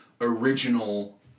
original